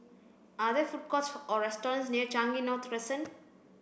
are there food courts or restaurants near Changi North Crescent